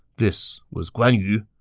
this was guan yu!